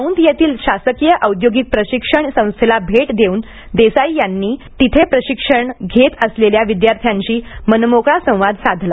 औंध येथील शासकीय औद्योगिक प्रशिक्षण संस्थेला भेट देऊन देसाई यांनी तिथे प्रशिक्षण घेत असलेल्या विद्यार्थ्यांशी मनमोकळा संवाद साधला